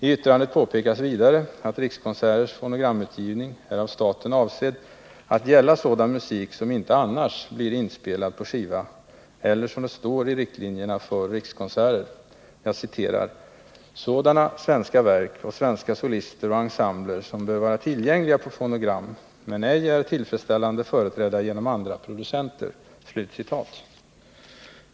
I yttrandet påpekas vidare att Rikskonserters fonogramutgivning är av staten avsedd att gälla sådan musik som inte annars blir inspelad på skiva eller, som det står i riktlinjerna för Rikskonserter, ”sådana svenska verk och svenska solister och ensembler som bör vara tillgängliga på fonogram, men ej är tillfredsställande företrädda genom andra producenter”.